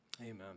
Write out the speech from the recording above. Amen